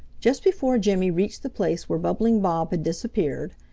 just before jimmy reached the place where bubbling bob had disappeared,